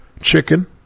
Chicken